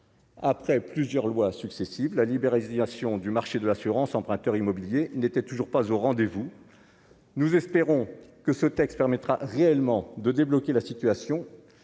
après plusieurs lois successives, la libéralisation du marché de l'assurance emprunteur immobilier n'était toujours pas au rendez-vous, nous espérons que ce texte permettra réellement de débloquer la situation